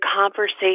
conversation